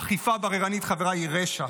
אכיפה בררנית, חבריי, היא רשע.